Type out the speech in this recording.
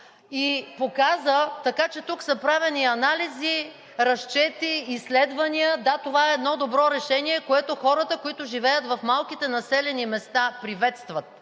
и показа... Така че тук са правени анализи, разчети, изследвания. Да, това е едно добро решение, което хората, които живеят в малките населени места, приветстват.